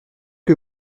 que